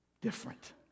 different